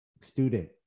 Student